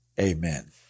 amen